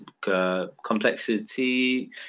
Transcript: complexity